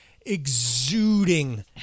exuding